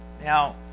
Now